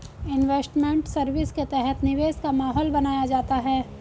investment service के तहत निवेश का माहौल बनाया जाता है